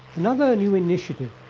another new initiative,